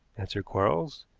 answered quarles.